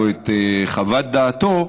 או את חוות דעתו,